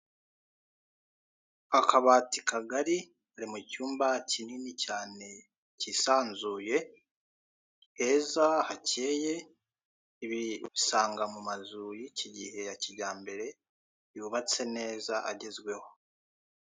Akabati kagari, kari mu cyumba kinini cyane kisanzuye, heza, hakeye, ibi ubisanga mu mazu y'ikigihe ya kijyambere, yubatse neza agezweho.